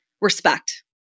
respect